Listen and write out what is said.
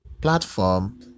platform